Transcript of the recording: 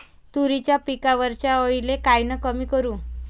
तुरीच्या पिकावरच्या अळीले कायनं कमी करू?